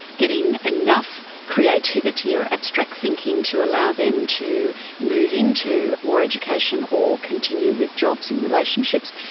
getting enough creativity or abstract thinking to allow them to move into more education or continue with jobs and relationships.